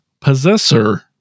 Possessor